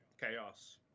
Chaos